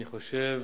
אני חושב